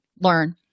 learn